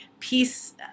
peace